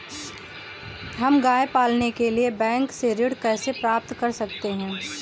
हम गाय पालने के लिए बैंक से ऋण कैसे प्राप्त कर सकते हैं?